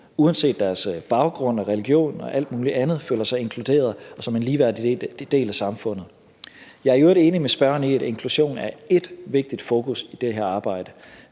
uanset deres baggrund og religion og alt muligt andet – føler sig inkluderet og som en ligeværdig del af samfundet. Jeg er i øvrigt enig med spørgeren i, at inklusion er ét vigtigt fokus i det her arbejde